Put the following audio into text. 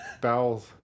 bowels